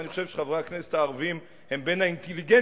ואני חושב שחברי הכנסת הערבים הם בין האינטליגנטים